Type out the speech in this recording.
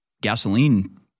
gasoline